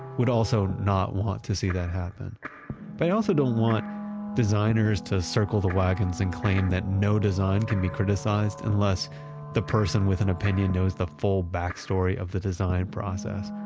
would also not want to see that happen. but i also don't want designers to circle the wagons and claim that no design can be criticized unless the person with an opinion knows the full back-story of the design process.